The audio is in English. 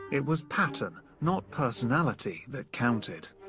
it was pattern, not personality, that counted.